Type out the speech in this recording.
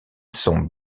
sont